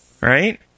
right